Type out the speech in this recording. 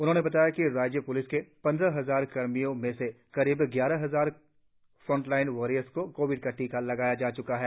उन्होंने बताया कि राज्य प्लिस के पंद्रह हजार कर्मियों में से करीब ग्यारह हजार फ्रंटलाइन वर्कर्स को कोविड का टीका लगाया जा चुका है